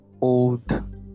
Old